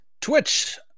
Twitch